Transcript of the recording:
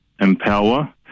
empower